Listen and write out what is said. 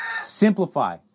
Simplify